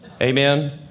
Amen